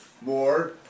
More